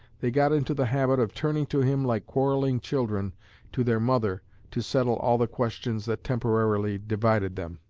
they got into the habit of turning to him like quarrelling children to their mother to settle all the questions that temporarily divided them.